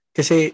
Kasi